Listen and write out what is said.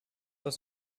was